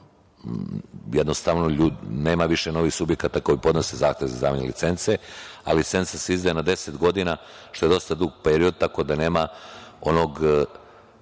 jednostavno nema više novih subjekata koji podnose zahtev za izdavanje licence, a licenca se izdaje na 10 godina što je dosta dug period, tako da nema onog